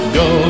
go